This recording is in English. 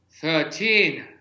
Thirteen